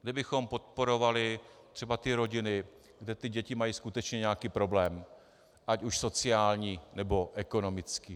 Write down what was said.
Kdybychom podporovali třeba rodiny, kde ty děti mají skutečně nějaký problém, ať už sociální, nebo ekonomický.